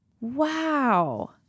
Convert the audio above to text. Wow